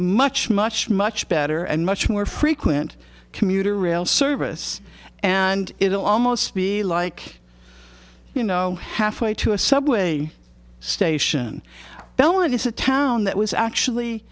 much much much better and much more frequent commuter rail service and it will almost be like you know halfway to a subway station belmont is a town that was actually